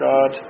God